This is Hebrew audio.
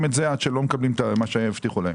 את זה עד שלא מקבלים את מה שהבטיחו להם.